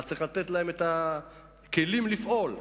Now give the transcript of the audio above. צריך לתת להם את הכלים לפעול,